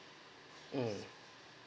um